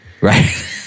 right